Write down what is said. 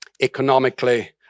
economically